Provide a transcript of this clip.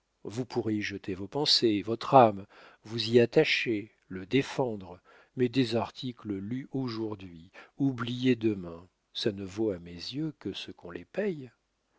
vous pourrez y jeter vos pensées votre âme vous y attacher le défendre mais des articles lus aujourd'hui oubliés demain ça ne vaut à mes yeux que ce qu'on les paye